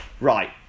right